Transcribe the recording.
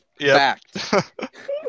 fact